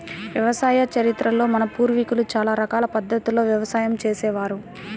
వ్యవసాయ చరిత్రలో మన పూర్వీకులు చాలా రకాల పద్ధతుల్లో వ్యవసాయం చేసే వారు